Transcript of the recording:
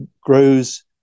grows